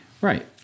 Right